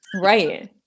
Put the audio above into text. right